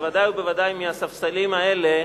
בוודאי ובוודאי מהספסלים האלה,